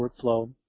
workflow